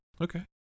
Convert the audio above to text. Okay